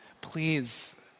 Please